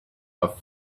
have